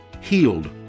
healed